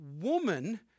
woman